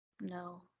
No